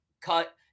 cut